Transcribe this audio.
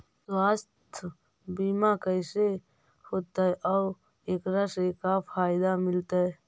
सवासथ बिमा कैसे होतै, और एकरा से का फायदा मिलतै?